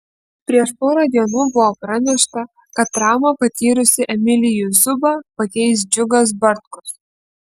prieš porą dienų buvo pranešta kad traumą patyrusį emilijų zubą pakeis džiugas bartkus